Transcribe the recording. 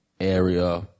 area